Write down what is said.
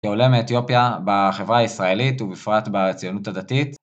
כעולה מאתיופיה, בחברה הישראלית ובפרט בציונות הדתית.